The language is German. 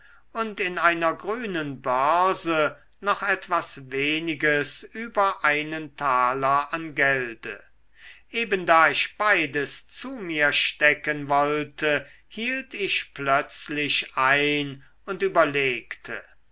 und in einer grünen börse noch etwas weniges über einen taler an gelde eben da ich beides zu mir stecken wollte hielt ich plötzlich ein und überlegte